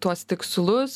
tuos tikslus